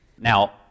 Now